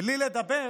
בלי לדבר